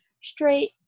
straight